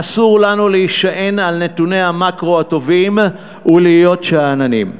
אסור לנו להישען על נתוני המקרו הטובים ולהיות שאננים.